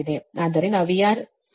ಆದ್ದರಿಂದ VR 10